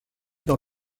dans